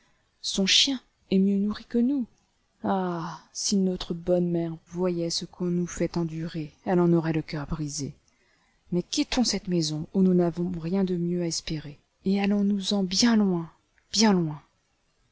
son chien est mieux nourri que nous ah si notre bonne mère voyait ce qu'on nous fait endurer elle en aurait le cœur brisé mais quittons cette maison où nous n'avons rien de mieux à espérer et allons-nous-en bien loin bien loin